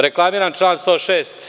Reklamiram član 106.